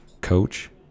Coach